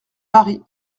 paris